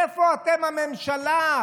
איפה אתם, הממשלה?